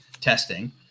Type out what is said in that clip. testing